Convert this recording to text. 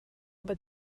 but